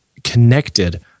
Connected